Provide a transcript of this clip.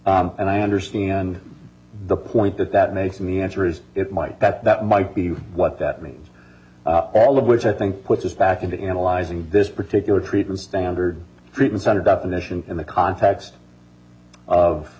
about and i understand the point that that made me answer is it might that that might be what that means all of which i think puts us back into analyzing this particular treatment standard treatment center definition in the context of